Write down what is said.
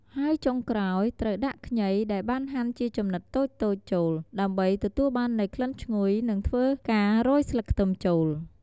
ហើយចុងក្រោយ ត្រូវដាក់ខ្ងីដែលបានហាន់ជាចំនិតតូចៗចូល ដើម្បីទទួលបាននូវក្លិនឈ្ងុយ និងធ្វើការរោយស្លឹកខ្ទឹមចូល។